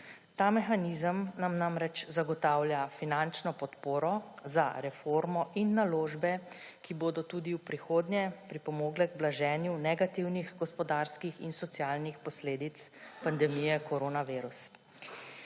Ta mehanizem nam namreč zagotavlja finančno podporo za reformo in naložbe, ki bodo tudi v prihodnje pripomogle k blaženju negativnih gospodarskih in socialnih posledic pandemije koronavirusa.